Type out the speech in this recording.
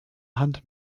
hand